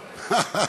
תכה.